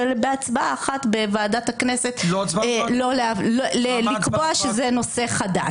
ובהצבעה אחת בוועדת הכנסת לקבוע שזה נושא חדש.